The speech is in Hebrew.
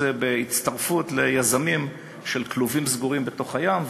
בהצטרפות ליזמים של כלובים סגורים בתוך הים,